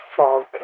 ...fog